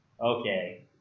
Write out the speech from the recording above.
Okay